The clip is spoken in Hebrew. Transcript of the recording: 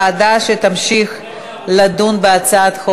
בעד, 49, אחד מתנגד.